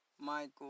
Michael